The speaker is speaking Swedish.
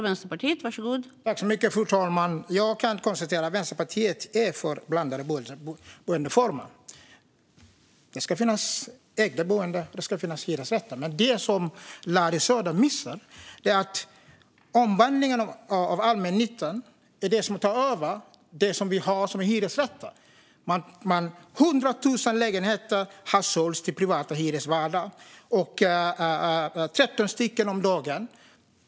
Fru talman! Jag kan konstatera att Vänsterpartiet är för blandade boendeformer. Det ska finnas ägda boenden, och det ska finnas hyresrätter. Det som Larry Söder missar är dock att omvandlingen av allmännyttans hyresrätter tar över. 100 000 lägenheter har sålts till privata hyresvärdar - 13 stycken om dagen.